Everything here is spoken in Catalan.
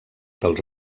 dels